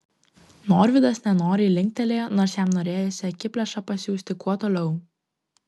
norvydas nenoriai linktelėjo nors jam norėjosi akiplėšą pasiųsti kuo toliau